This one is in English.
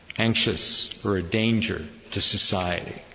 anxious, or a danger to society